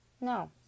No